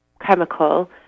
chemical